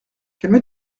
calme